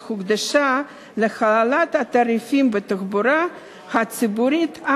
שהוקדשה להעלאת התעריפים בתחבורה הציבורית,